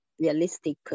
realistic